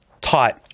tight